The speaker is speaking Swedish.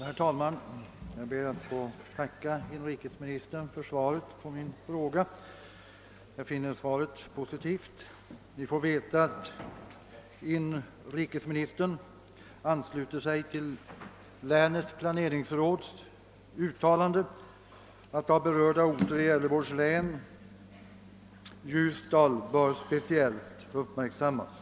Herr talman! Jag ber att få tacka inrikesministern för svaret på min fråga. Jag finner svaret positivt. Vi får veta att inrikesministern ansluter sig till länets planeringsråds uttalande, att av berörda orter i Gävleborgs län Ljusdal bör speciellt uppmärksammas.